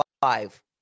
five